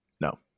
no